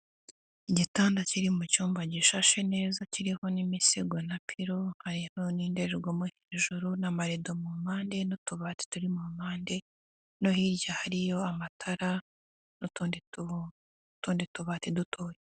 Igitanda kiri mu cyumba gishashe neza kiriho n'imisego na piro, hiriho n'indererwamo hejuru n'amarido mu mpande, n'utubati turi mu mpande no hirya hariyo amatara n'utundi tubati dutoya.